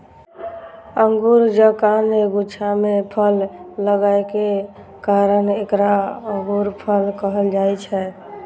अंगूर जकां गुच्छा मे फल लागै के कारण एकरा अंगूरफल कहल जाइ छै